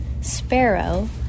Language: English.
sparrow